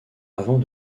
avant